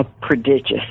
prodigious